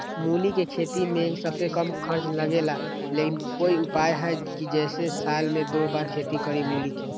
मूली के खेती में सबसे कम खर्च लगेला लेकिन कोई उपाय है कि जेसे साल में दो बार खेती करी मूली के?